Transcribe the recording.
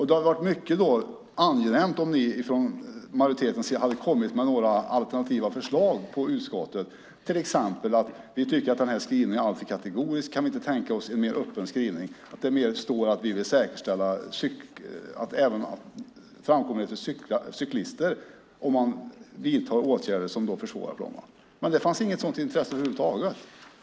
Det hade varit mycket angenämt om ni från majoritetens sida hade kommit med några alternativa förslag i utskottet, till exempel: Vi tycker att skrivningen är alltför kategorisk. Kan vi inte tänka oss en mer öppen skrivning, så att det står att vi vill säkerställa även framkomligheten för cyklister om man vidtar åtgärder som försvårar för dem? Men det fanns inget sådant intresse över huvud taget.